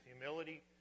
humility